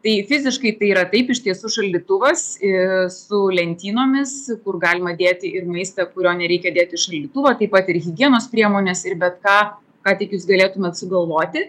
tai fiziškai tai yra taip iš tiesų šaldytuvas ir su lentynomis kur galima dėti ir maistą kurio nereikia dėti į šaldytuvą taip pat ir higienos priemones ir bet ką ką tik jūs galėtumėt sugalvoti